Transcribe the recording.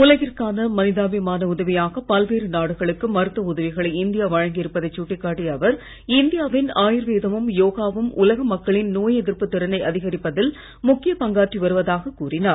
உலகிற்கான மனிதாபிமான உதவியாக பல்வேறு நாடுகளுக்கு மருத்துவ உதவிகளை இந்தியா வழங்கி இருப்பதை சுட்டிக் காட்டிய அவர் இந்தியாவின் ஆயுர் வேதமும் யோகவும் உலக மக்களின் நோய் எதிர்ப்பு திறனை அதிகரிப்பதில் முக்கிய பங்காற்றி வருவதாக கூறினார்